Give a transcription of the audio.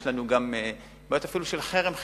יש לנו אפילו בעיות של חרם חברתי.